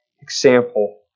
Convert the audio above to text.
example